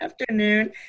afternoon